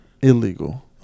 illegal